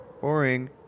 boring